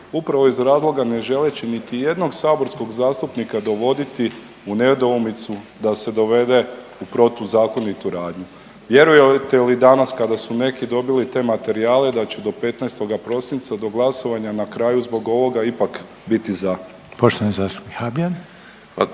upravo iz razloga ne želeći niti jednog saborskog zastupnika dovoditi u nedoumicu da se dovede u protuzakonitu radnju. Vjerujete li danas kada su neki dobili te materijale da će do 15. prosinca do glasovanja na kraju zbog ovoga ipak biti za? **Reiner, Željko